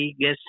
guess